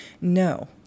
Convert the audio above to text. No